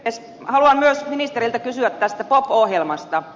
haluan myös ministeriltä kysyä tästä pop ohjelmasta